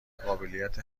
قابلیت